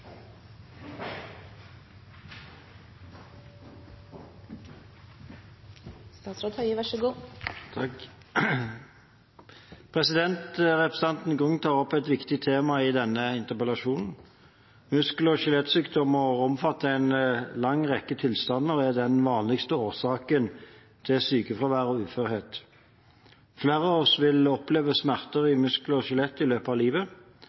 Representanten Grung tar opp et viktig tema i denne interpellasjonen. Muskel- og skjelettsykdommer omfatter en lang rekke tilstander og er den vanligste årsaken til sykefravær og uførhet. Flere av oss vil oppleve smerter i muskler og skjelettet i løpet av livet.